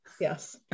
yes